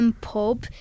pub